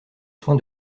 soin